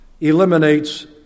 eliminates